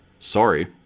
Sorry